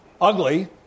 Ugly